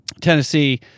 Tennessee